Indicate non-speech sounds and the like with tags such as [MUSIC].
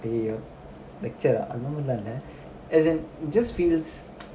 அய்யயோ:aiyayoo lecture ah அந்தமாதிரிலாம்இல்ல:antha mathirilam illa as in just feels [NOISE]